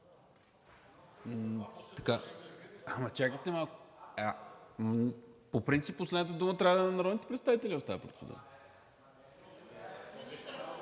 Чакайте малко. По принцип последната дума трябва да е на народните представители в тази процедура.